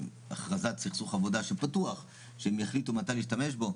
הכרזת סכסוך עבודה שהם יחליטו מתי להשתמש בו.